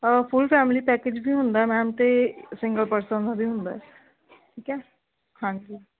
ਫੁਲ family package ਵੀ ਹੁੰਦਾ ma'am ਅਤੇ ਸਿੰਗਲ ਪਰਸਨ ਦਾ ਵੀ ਹੁੰਦਾ ਠੀਕ ਹੈ ਹਾਂਜੀ